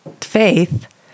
faith